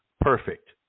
Perfect